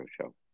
show